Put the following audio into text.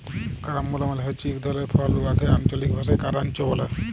carambola মালে হছে ইক ধরলের ফল উয়াকে আল্চলিক ভাষায় কারান্চ ব্যলে